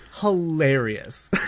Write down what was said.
hilarious